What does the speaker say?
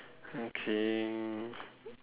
okay